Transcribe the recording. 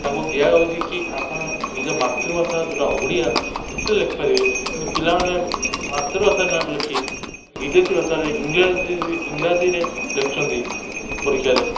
ତାଙ୍କୁ ଦିଆଯାଉଛି କି ଆପଣ ନିଜ ମାତୃଭାଷା ଯେଉଁଟା ଓଡ଼ିଆ ସେଥିରେ ଲେଖିପାରିବେ କିନ୍ତୁ ପିଲାମାନେ ମାତୃଭାଷା ନଲେଖି ବିଦେଶୀ ଭାଷାରେ ଇଂରାଜି ଇଂରାଜିରେ ଲେଖୁଛନ୍ତି ପରୀକ୍ଷାରେ